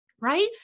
right